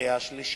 ובקריאה שלישית.